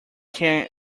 can